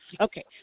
Okay